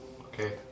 Okay